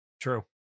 True